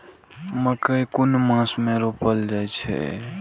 मकेय कुन मास में रोपल जाय छै?